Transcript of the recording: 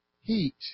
heat